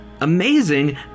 amazing